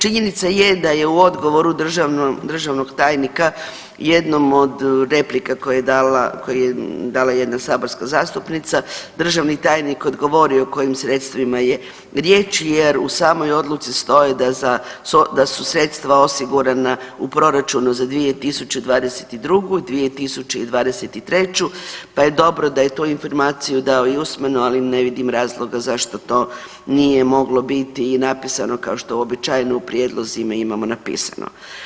Činjenica je da je u odgovoru državnog tajnika jednom od replika koje dala jedna saborska zastupnica državni tajnik odgovorio kojim sredstvima je riječ, jer u samoj odluci stoji da su sredstva osigurana u proračunu za 2022. i 2023. pa je dobro da je tu informaciju dao i usmeno, ali ne vidim razloga zašto to nije moglo biti i napisano kao što uobičajeno u prijedlozima imamo napisano.